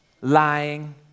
lying